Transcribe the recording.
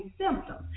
symptoms